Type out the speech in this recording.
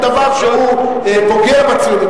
הוא דבר שהוא פוגע בציונות.